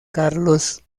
carlos